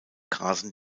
grasen